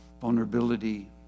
vulnerability